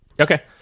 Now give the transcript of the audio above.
okay